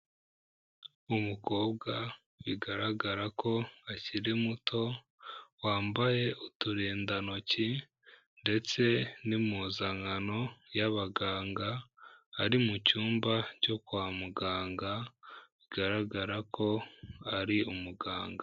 Umukobwa bigaragara ko akiri muto, wambaye uturindantoki ndetse n'impuzankano y'abaganga, ari mu cyumba cyo kwa muganga, bigaragara ko ari umuganga.